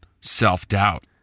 self-doubt